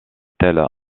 tel